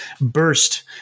burst